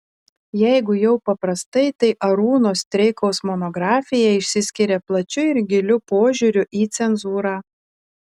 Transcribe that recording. jeigu jau paprastai tai arūno streikaus monografija išsiskiria plačiu ir giliu požiūriu į cenzūrą